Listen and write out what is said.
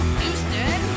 Houston